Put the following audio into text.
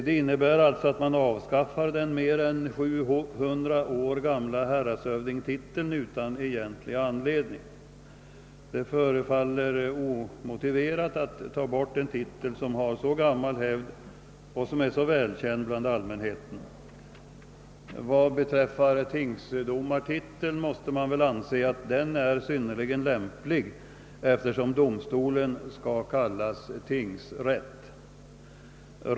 Det innebär att man utan egentlig anledning avskaffar den mer än 700 år gamla häradshövdingetiteln. Det förefaller omotiverat att ta bort en titel som har så gammal hävd och som är så välkänd bland allmänheten. Tingsdomartiteln måste väl anses synnerligen lämplig, eftersom domstolen skall kallas tingsrätt.